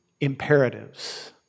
imperatives